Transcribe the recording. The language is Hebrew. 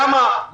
כמה,